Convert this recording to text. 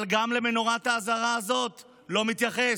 אבל גם לנורת האזהרה הזאת הוא לא מתייחס,